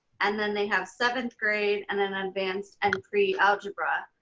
and then they have seventh grade and then advanced and pre algebra.